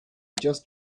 just